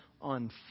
on